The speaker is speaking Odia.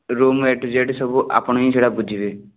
ରୁମ ଏ ଟୁ ଜେଡ୍ ସବୁ ଆପଣ ହିଁ ସେଇଟା ବୁଝିବେ